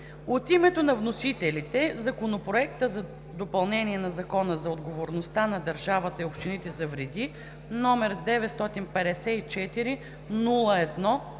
От името на вносителите Законопроектът за допълнение на Закона за отговорността на държавата и общините за вреди, № 954 01-22,